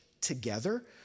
together